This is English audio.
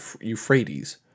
Euphrates